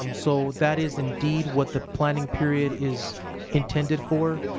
um so that is indeed what the planning period is intended for.